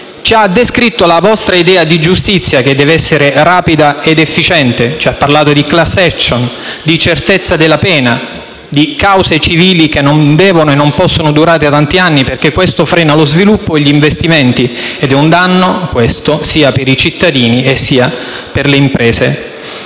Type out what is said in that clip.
ci ha descritto la vostra idea di giustizia, che deve essere rapida ed efficiente. Ci ha parlato di *class action*, certezza della pena e cause civili che non devono e possono durare tanti anni, perché ciò frena lo sviluppo e gli investimenti, creando un danno sia ai cittadini che alle imprese.